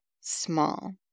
small